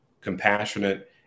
compassionate